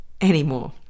anymore